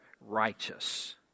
righteous